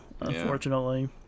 unfortunately